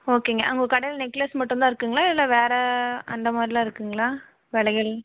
ஓகேங்க அ உங்கள் கடையில் நெக்லஸ் மட்டும் தான் இருக்குதுங்களா இல்லை வேறு அந்த மாதிரிலாம் இருக்குதுங்களா வளையல்